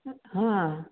हा